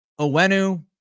Owenu